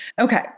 Okay